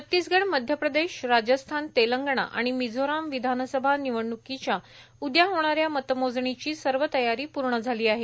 छत्तीसगढ मध्यप्रदेश राजस्थान तेलंगणा आणि मिझोराम विधानसभा निवडणूकीच्या उदया होणाऱ्या मतमोजणीची सर्व तयारी पूर्ण झाली आहे